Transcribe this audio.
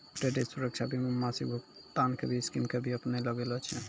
credit सुरक्षा बीमा मे मासिक भुगतान के स्कीम के भी अपनैलो गेल छै